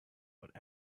but